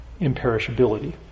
imperishability